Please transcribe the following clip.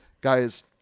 Guys